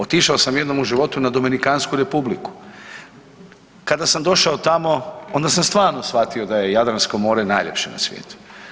Otišao sam jednom u životu na Dominikansku Republiku, kada sam došao tamo onda sam stvarno shvatio da je Jadransko more najljepše na svijetu.